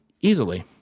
easily